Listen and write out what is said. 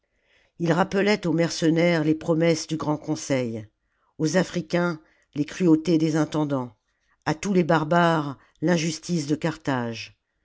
ii rappelait aux mercenaires les promesses du grand conseil aux africains les cruautés des intendants à tous les barbares rmjustice de carthage